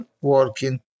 working